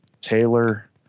Taylor